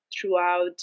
throughout